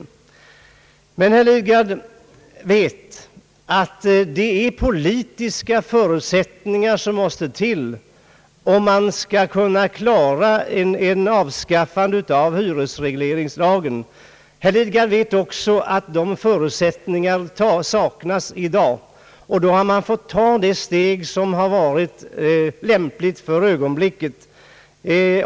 Men herr Lidgard vet att det är politiska förutsättningar som måste till om hyresregleringslagen skall kunna avskaffas. Han vet också att de förutsättningarna saknas i dag. Därför har man fått ta det steg som varit lämpligt för ögonblicket.